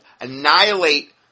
annihilate